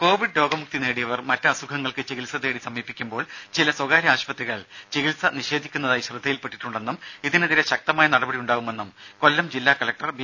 ദേദ കോവിഡ് രോഗമുക്തി നേടിയവർ മറ്റ് അസുഖങ്ങൾക്ക് ചികിത്സ തേടി സമീപിക്കുമ്പോൾ ചില സ്വകാര്യ ആശുപത്രികൾ ചികിത്സ നിഷേധിക്കുന്നതായി ശ്രദ്ധയിൽപ്പെട്ടിട്ടുണ്ടെന്നും ഇതിനെതിരെ ശക്തമായ നടപടി ഉണ്ടാവുമെന്നും കൊല്ലം ജില്ലാ കലക്ടർ ബി